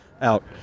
out